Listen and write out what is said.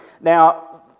Now